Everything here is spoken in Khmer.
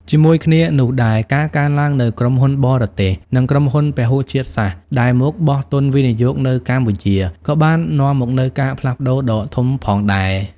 ជាមួយគ្នានោះដែរ ការកើនឡើងនូវក្រុមហ៊ុនបរទេស និងក្រុមហ៊ុនពហុជាតិសាសន៍ ដែលមកបោះទុនវិនិយោគនៅកម្ពុជា ក៏បាននាំមកនូវការផ្លាស់ប្ដូរដ៏ធំផងដែរ។